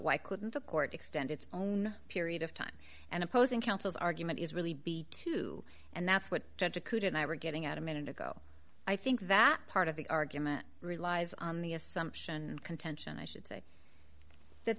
why couldn't the court extend its own period of time and opposing counsel's argument is really be too and that's what judge accrued and i were getting out a minute ago i think that part of the argument relies on the assumption contention i should say that